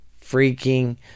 freaking